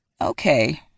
Okay